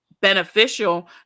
beneficial